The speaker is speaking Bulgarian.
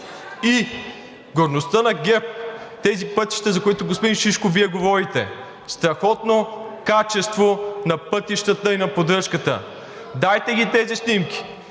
И гордостта на ГЕРБ са тези пътища, за които, господин Шишков, Вие говорите – страхотно качество на пътищата и на поддръжката. Дайте ги тези снимки,